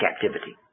captivity